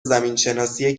زمینشناسی